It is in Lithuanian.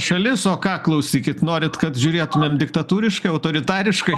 šalis o ką klausykit norit kad žiūrėtumėm diktatūriškai autoritariškai